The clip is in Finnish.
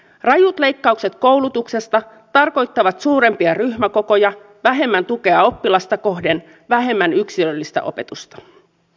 rajut leikkaukset koulutuksesta tarkoittavat suurempia ryhmäkokoja vähemmän tukea oppilasta kohden vähemmän yksilöllistä opetusta